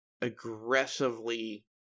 aggressively